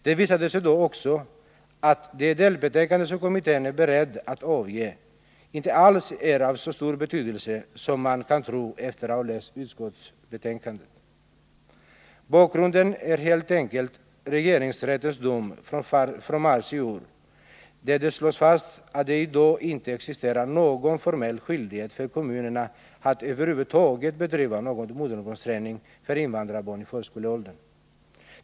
Det visade sig då också att det delbetänkande som kommittén är beredd att avge inte alls är av så stor betydelse som man kan tro efter att ha läst utskottsbetänkandet. Bakgrunden är helt enkelt regeringsrättens dom från mars i år, där det slås fast att det i dag inte existerar någon formell skyldighet för kommunerna att över huvud taget bedriva någon modersmålsträning för invandrarbarn i förskoleåldern.